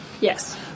Yes